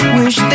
wish